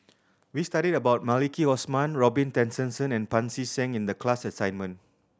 we studied about Maliki Osman Robin Tessensohn and Pancy Seng in the class assignment